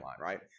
right